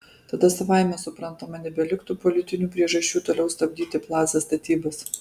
tada savaime suprantama nebeliktų politinių priežasčių toliau stabdyti plaza statybas